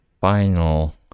final